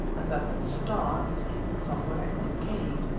and that the star was hidden somewhere in a cave,